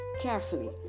carefully